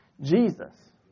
Jesus